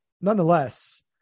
nonetheless